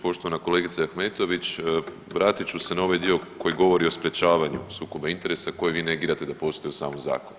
Poštovana kolegice Ahmetović, vratit ću se na ovaj dio koji govori o sprječavanju sukoba interesa koji vi negirate da postoji u samom zakonu.